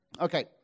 Okay